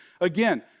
Again